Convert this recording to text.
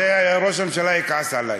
זה, ראש הממשלה יכעס עלי.